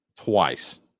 twice